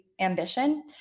ambition